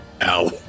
ow